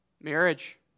Marriage